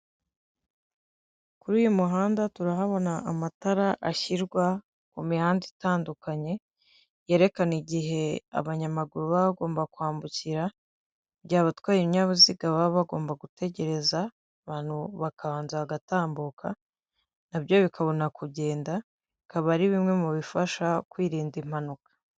Kuri uyu muhanda turahabona amatara ashyirwa mumihanda itandukanye, yerakana igihe abanyamaguru baba bagomaba kwambukira, igihe abatwara ibinyabiziga baba bagomba gutegereza abantu bakabanza bagatambuka nabyo bikabona kujyenda, akaba ari bimwe mubifasha kwirinda impanuka.